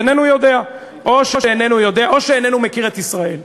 או שהוא איננו מכיר את ישראל.